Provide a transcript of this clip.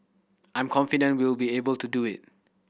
I'm confident we'll be able to do it